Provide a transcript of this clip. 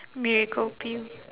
miracle pill